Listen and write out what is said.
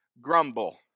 grumble